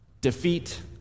defeat